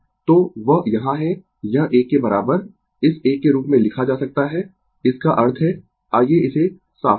तो वह यहाँ है यह एक के बराबर इस एक के रूप में लिखा जाता है इसका अर्थ है आइये इसे साफ करें